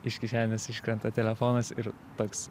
iš kišenės iškrenta telefonas ir toks